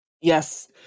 Yes